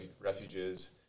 refuges